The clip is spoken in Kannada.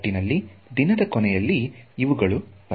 ಒಟ್ಟಿನಲ್ಲಿ ದಿನದ ಕೊನೆಯಲ್ಲಿ ಇವುಗಳು ಪದ್ಧತಿಗಳು